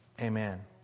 Amen